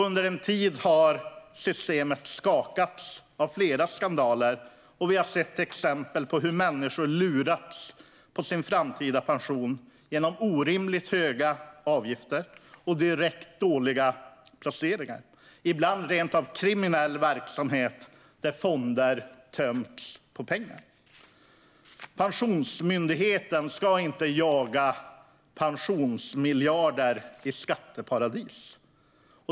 Under en tid har systemet skakats av flera skandaler, och vi har sett exempel på hur människor har lurats på sin framtida pension genom orimligt höga avgifter och direkt dåliga placeringar. Ibland har det rent av varit kriminell verksamhet där fonder tömts på pengar. Pensionsmyndigheten ska inte behöva jaga pensionsmiljarder i skatteparadis.